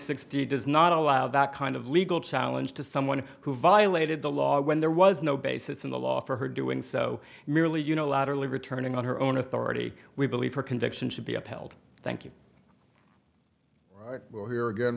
sixty does not allow that kind of legal challenge to someone who violated the law when there was no basis in the law for her doing so merely unilaterally returning on her own authority we believe her conviction should be upheld thank you we'll hear again